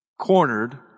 cornered